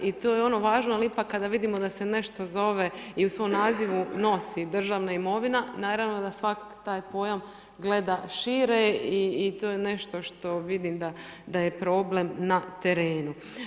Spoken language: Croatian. I to je ono važno, ali ipak kada vidimo da se nešto zove i u svom nazivu nosi državna imovina naravno da svak' taj pojam gleda šire i to je nešto što vidim da je problem na terenu.